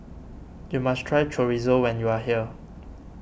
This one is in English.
you must try Chorizo when you are here